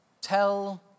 Tell